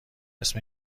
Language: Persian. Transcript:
اسم